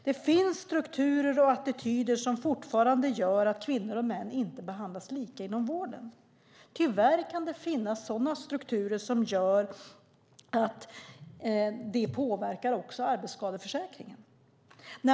Det finns strukturer och attityder som fortfarande gör att kvinnor och män inte behandlas lika inom vården. Tyvärr kan sådana strukturer även påverka arbetsskadeförsäkringen.